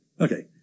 Okay